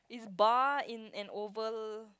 is bar in an oval